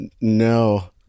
no